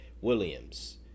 Williams